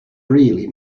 really